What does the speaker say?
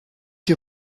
you